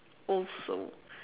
also